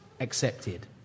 Accepted